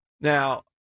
Now